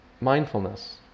mindfulness